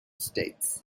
states